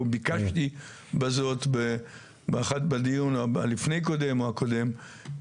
או ביקשתי בזאת בדיון לפני הקודם או הקודם,